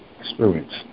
experience